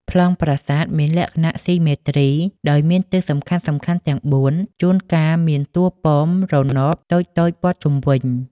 ប្លង់ប្រាសាទមានលក្ខណៈ ស៊ីមេទ្រី ដោយមានទិសសំខាន់ៗទាំងបួន។ ជួនកាលមានតួប៉មរណបតូចៗព័ទ្ធជុំវិញ។